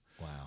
Wow